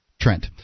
Trent